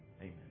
Amen